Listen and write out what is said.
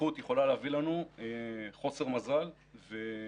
ההתפתחות יכולה להביא לנו חוסר מזל ופגיעות